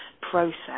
process